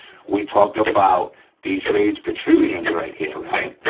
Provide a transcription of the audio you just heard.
we talked about these raised protrusions right here, right?